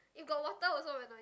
you got water also when I